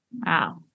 Wow